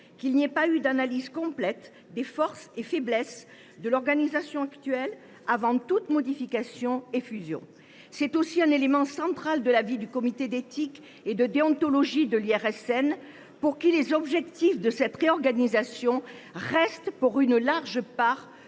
qu’il n’y ait pas eu d’analyse complète des forces et faiblesses de l’organisation actuelle avant toute modification et fusion. Ce point constitue également un élément central de l’avis du comité d’éthique et de déontologie de l’IRSN, pour qui les objectifs de cette réorganisation restent, pour une large part,